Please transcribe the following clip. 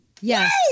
Yes